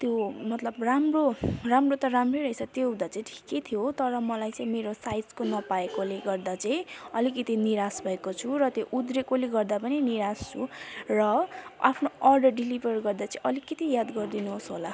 त्यो मतलब राम्रो राम्रो त राम्रै रहेछ त्यो हुँदा चाहिँ ठिकै थियो तर मलाई चाहिँ मेरो साइजको नपाएकोले गर्दा चाहिँ अलिकति निराश भएको छु र उद्रेकोले गर्दा पनि निराश छु र आफ्नो अर्डर डेलिभर गर्दा चाहिँ अलिकिति याद गरिदिनोस् होला